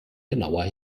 genauer